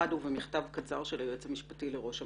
ובמכתב קצר של היועץ המשפטי לראש הממשלה.